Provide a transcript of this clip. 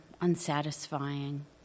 unsatisfying